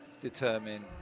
determine